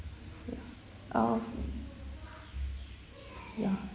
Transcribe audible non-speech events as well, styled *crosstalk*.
ya uh *noise* ya